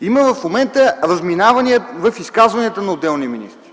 В момента има разминавания в изказванията на отделни министри.